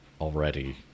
already